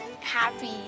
happy